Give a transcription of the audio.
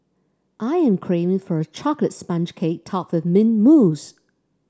I am craving for a chocolate sponge cake topped with mint mousse